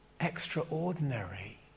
extraordinary